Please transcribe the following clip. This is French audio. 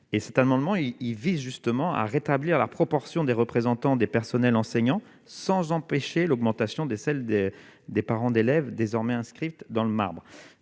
un moment il il vise justement à rétablir la proportion des représentants des personnels enseignants, sans empêcher l'augmentation des sels de des parents d'élèves désormais inscrite dans le marbre,